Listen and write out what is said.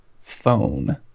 phone